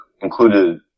included